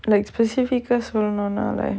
like specific ah சொல்லனுனா:sollanunaa leh